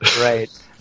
Right